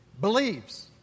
believes